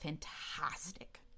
fantastic